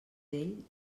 ell